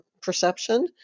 perception